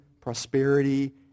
prosperity